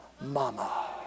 Mama